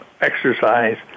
exercise